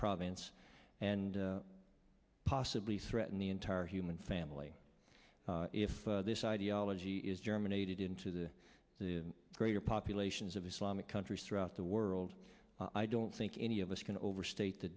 province and possibly threaten the entire human family if this ideology is germinated into the the greater populations of islamic countries throughout the world i don't think any of us can overstate the